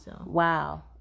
Wow